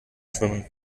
schwimmen